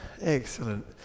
excellent